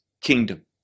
kingdom